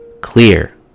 clear